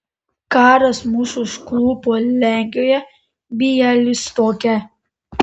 karas mus užklupo lenkijoje bialystoke